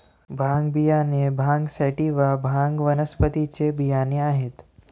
भांग बियाणे भांग सॅटिवा, भांग वनस्पतीचे बियाणे आहेत